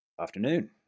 afternoon